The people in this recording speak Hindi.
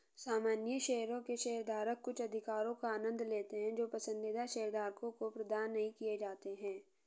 सामान्य शेयरों के शेयरधारक कुछ अधिकारों का आनंद लेते हैं जो पसंदीदा शेयरधारकों को प्रदान नहीं किए जाते हैं